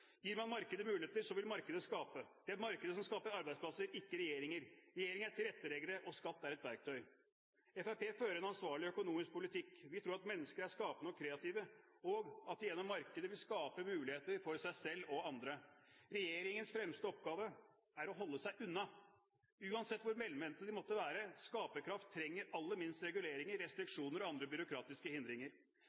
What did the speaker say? Gir man markedet muligheter, vil markedet skape. Det er markedet som skaper arbeidsplasser, ikke regjeringer. Regjeringer er tilretteleggere, og skatt er et verktøy. Fremskrittspartiet fører en ansvarlig økonomisk politikk. Vi tror at mennesker er skapende og kreative og at de gjennom markedet vil skape muligheter for seg selv og andre. Regjeringens fremste oppgave er å holde seg unna. Uansett hvor velmente de måtte være – skaperkraft trenger aller minst reguleringer, restriksjoner og andre byråkratiske hindringer.